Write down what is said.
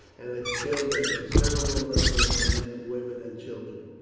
and had killed a considerable number of men, women, and children.